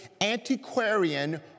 antiquarian